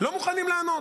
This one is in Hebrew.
לא מוכנים לענות.